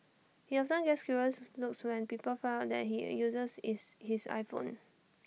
he often gets curious looks when people find out that all he uses is his iPhone